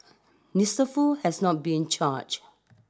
Mister Foo has not been charged